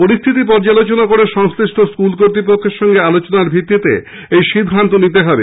পরিস্থিতি পর্যালোচনা করে সংশ্লিষ্ট স্কুল কর্তৃপক্ষের সঙ্গে আলোচনার ভিত্তিতে এই সিদ্ধান্ত নিতে হবে